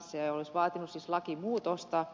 se olisi vaatinut siis lakimuutosta